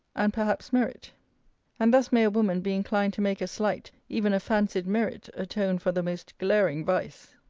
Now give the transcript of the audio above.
and perhaps merit and thus may a woman be inclined to make a slight, even a fancied merit atone for the most glaring vice.